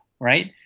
right